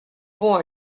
bon